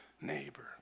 neighbor